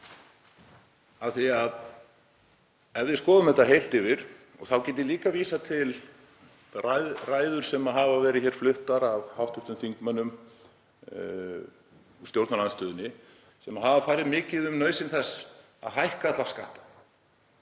því að ef við skoðum þetta heilt yfir — og þá get ég líka vísað til ræðna sem hafa verið fluttar af hv. þingmönnum úr stjórnarandstöðunni sem hafa farið mikinn um nauðsyn þess að hækka alla skatta;